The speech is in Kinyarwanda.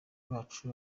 bacu